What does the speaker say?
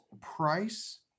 price